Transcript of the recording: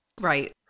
Right